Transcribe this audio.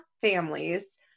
families